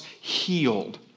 healed